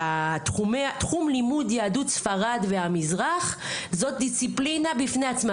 תחום לימוד יהדות ספרד והמזרח זאת דיסציפלינה בפני עצמה.